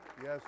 Yes